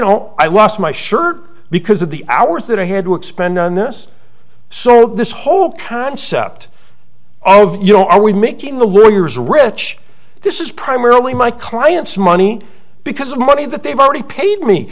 know i was my shirt because of the hours that i had to expend on this so this whole concept of you know i was making the lawyers rich this is primarily my clients money because of money that they've already paid me